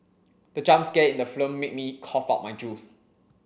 the jump scare in the film made me cough out my juice